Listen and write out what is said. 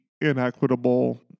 inequitable